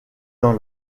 dans